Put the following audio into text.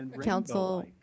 Council